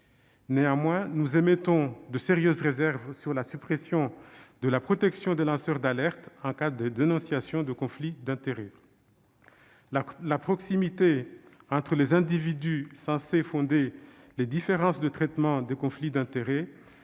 Néanmoins, nous émettons de sérieuses réserves sur la suppression de la protection des lanceurs d'alerte en cas de dénonciation de conflits d'intérêts. La proximité entre les individus, censée fonder les différences de traitement des conflits d'intérêts,